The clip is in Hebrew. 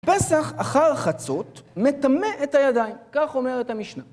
פסח אחר חצות מטמא את הידיים, כך אומרת המשנה.